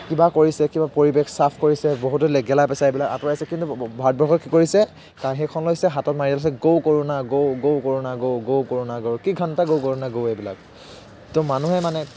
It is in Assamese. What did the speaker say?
কিবা কৰিছে কিবা পৰিৱেশ চাফ কৰিছে বহুতো গেলা পেঁচা এইবিলাক আঁতৰাইছে কিন্তু ভাৰতবৰ্ষত কি কৰিছে সেই সমস্য়া হাতত মাৰি লৈছে go corona go go corona go go corona go কি ঘেন্টা গো কৰোণা গো এইবিলাক তো মানুহে মানে